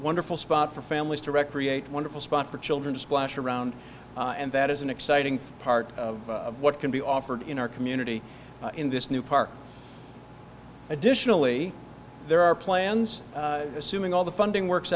wonderful spot for families to recreate wonderful spot for children to splash around and that is an exciting part of what can be offered in our community in this new park additionally there are plans assuming all the funding works